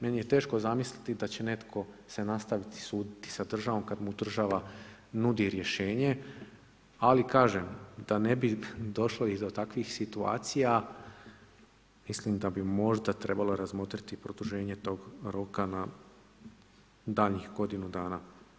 Meni je teško zamisliti da će netko se nastaviti suditi sa državom kada mu država nudi rješenje, ali kažem da ne bi došlo i do takvih situacija, mislim da bi možda trebalo razmotriti produženje tog roka na daljnjih godinu dana.